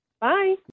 Bye